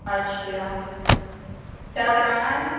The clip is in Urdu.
اچھا کیا کرانا ہے